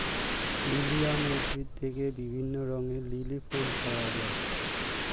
lilium উদ্ভিদ থেকে বিভিন্ন রঙের লিলি ফুল পাওয়া যায়